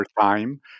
time